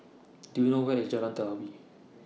Do YOU know Where IS Jalan Telawi